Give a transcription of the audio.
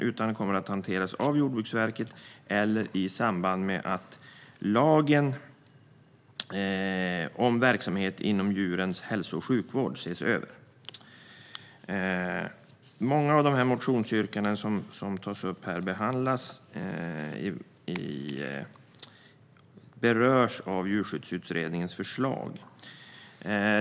Den kommer att hanteras av Jordbruksverket eller i samband med att lagen om verksamhet inom djurens hälso och sjukvård ses över. Många av de motionsyrkanden som tas upp berörs av djurskyddsutredningens förslag.